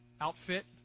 outfit